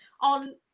on